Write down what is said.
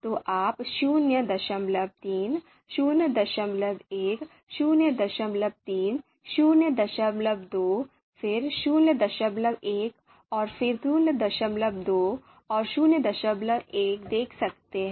तो आप 03 01 03 02 फिर 01 और फिर 02 और 01 देख सकते हैं